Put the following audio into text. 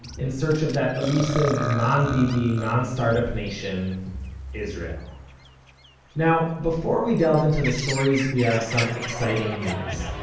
in search of that elusive non-bibi, non-start-up-nation israel now, before we delve into the stories, we have some exciting news,